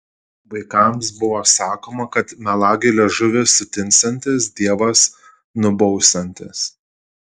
vaikams buvo sakoma kad melagiui liežuvis sutinsiantis dievas nubausiantis